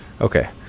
Okay